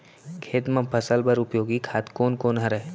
खेत म फसल बर उपयोगी खाद कोन कोन हरय?